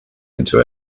into